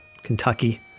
Kentucky